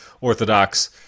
orthodox